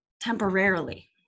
temporarily